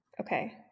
Okay